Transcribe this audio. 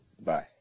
bye